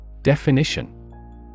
Definition